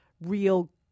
real